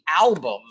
album